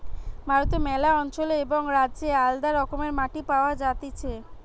ভারতে ম্যালা অঞ্চলে এবং রাজ্যে আলদা রকমের মাটি পাওয়া যাতিছে